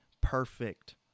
perfect